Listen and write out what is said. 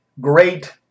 great